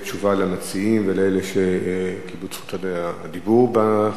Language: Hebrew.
ולאלה שקיבלו את זכות הדיבור בהצעת החוק הזאת.